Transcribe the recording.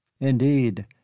Indeed